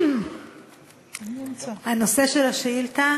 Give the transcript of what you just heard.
נושא השאילתה